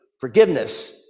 forgiveness